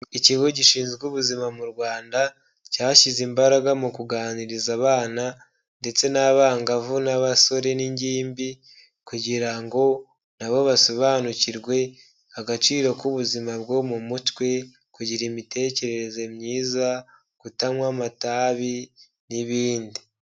Ikigo gishinzwe ubuzima mu Rwanda cyashyize imbaraga mu kuganiriza abana ndetse n'abangavu n'abasore n'ingimbi kugira ngo na bo basobanukirwe agaciro k'ubuzima bwo mu mutwe, kugira imitekerereze myiza, kutanywa amatabi n'ibindi.